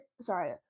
sorry